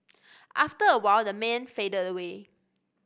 after a while the man faded away